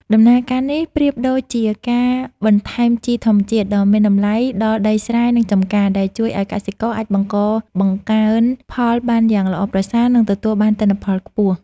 ដំណើរការនេះប្រៀបដូចជាការបន្ថែមជីធម្មជាតិដ៏មានតម្លៃដល់ដីស្រែ និងចម្ការ ដែលជួយឱ្យកសិករអាចបង្កបង្កើនផលបានយ៉ាងល្អប្រសើរ និងទទួលបានទិន្នផលខ្ពស់.